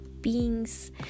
beings